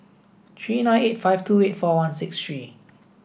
three nine eight five two eight four one six three